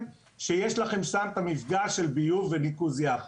שיש לכם שם את המפגע של ביוב וניקוז יחד.